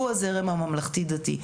הזרם הממלכתי-דתי.